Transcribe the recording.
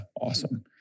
awesome